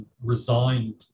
resigned